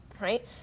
right